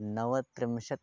नवत्रिंशत्